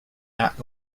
not